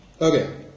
Okay